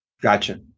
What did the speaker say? gotcha